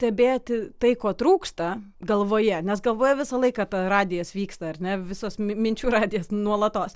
stebėti tai ko trūksta galvoje nes galvoje visą laiką ta radijas vyksta ar ne visos minčių radijas nuolatos